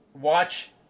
watch